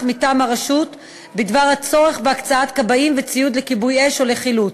מטעם הרשות בדבר הצורך בהקצאת כבאים וציוד לכיבוי אש או לחילוץ,